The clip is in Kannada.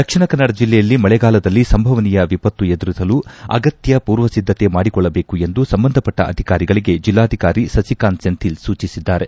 ದಕ್ಷಿಣ ಕನ್ನಡ ಜಿಲ್ಲೆಯಲ್ಲಿ ಮಳೆಗಾಲದಲ್ಲಿ ಸಂಭವನೀಯ ವಿಪತ್ತು ಎದುರಿಸಲು ಅಗತ್ಯ ಪೂರ್ವಸಿದ್ದತೆ ಮಾಡಿಕೊಳ್ಳಬೇಕು ಎಂದು ಸಂಬಂಧಪಟ್ಟ ಅಧಿಕಾರಿಗಳಿಗೆ ಜೆಲ್ಲಾಧಿಕಾರಿ ಸಸಿಕಾಂತ್ ಸೆಂಥಿಲ್ ಸೂಚಿಸಿದ್ದಾರೆ